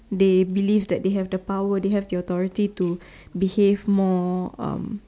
they believe that they have the power they have the authority to behave more um